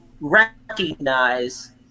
recognize